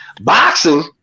Boxing